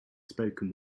spoken